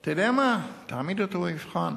אתה יודע מה, תעמיד אותו במבחן.